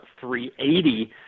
380